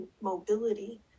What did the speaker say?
mobility